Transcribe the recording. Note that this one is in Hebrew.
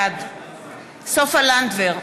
בעד סופה לנדבר,